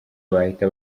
bahita